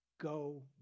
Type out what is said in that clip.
go